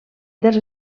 dels